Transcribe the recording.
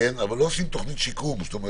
אבל לא עושים תוכנית שיקום.